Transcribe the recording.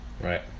Right